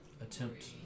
attempt